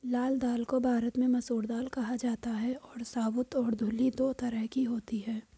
लाल दाल को भारत में मसूर दाल कहा जाता है और साबूत और धुली दो तरह की होती है